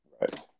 right